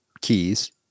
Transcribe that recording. keys